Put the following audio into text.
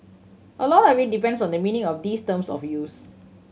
a lot of it depends on the meaning of these terms of use